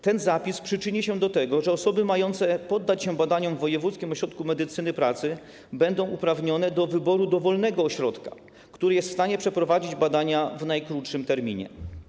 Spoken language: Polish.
Ten zapis przyczyni się do tego, że osoby mające poddać się badaniom w wojewódzkim ośrodku medycyny pracy będą uprawnione do wyboru dowolnego ośrodka, który jest w stanie przeprowadzić badania w najkrótszym terminie.